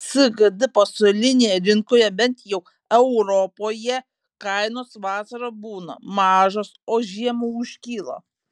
sgd pasaulinėje rinkoje bent jau europoje kainos vasarą būna mažos o žiemą užkyla